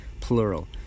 plural